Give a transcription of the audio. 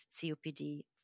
COPD